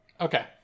Okay